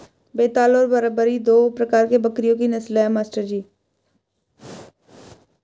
बेताल और बरबरी दो प्रकार के बकरियों की नस्ल है मास्टर जी